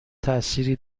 تاثیری